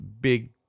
big